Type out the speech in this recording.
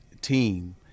team